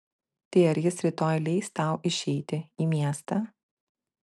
tai ar jis rytoj leis tau išeiti į miestą